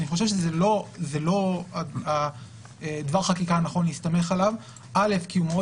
אני חושב שזה לא דבר חקיקה נכון להסתמך עליו כי הוא מאוד